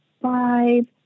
five